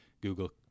Google